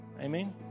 Amen